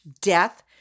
death